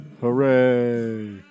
Hooray